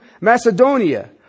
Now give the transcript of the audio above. Macedonia